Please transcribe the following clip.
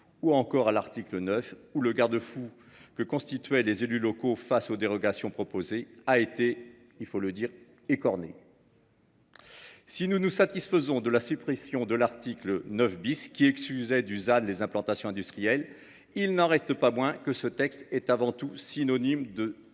ou encore à l’article 9, le garde-fou que constituaient les élus locaux face aux dérogations proposées ayant été écorné. Si nous nous satisfaisons de la suppression de l’article 9 , qui excluait du ZAN les implantations industrielles, il n’en reste pas moins que ce texte est avant tout synonyme de détricotage